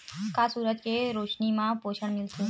का सूरज के रोशनी म पोषण मिलथे?